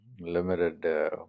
limited